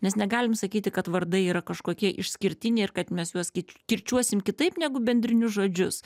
nes negalim sakyti kad vardai yra kažkokie išskirtiniai ir kad mes juos kit kirčiuosim kitaip negu bendrinius žodžius